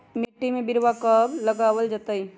मिट्टी में बिरवा कब लगवल जयतई?